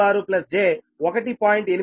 46 j1